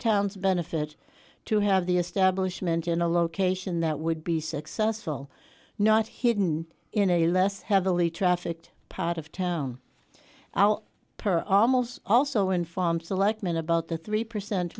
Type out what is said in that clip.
town's benefit to have the establishment in a location that would be successful not hidden in a less heavily trafficked part of town per almost also in farm selectman about the three percent